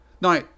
Now